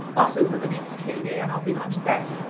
buses are the next key there. and i'll get onto that,